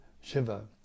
Shiva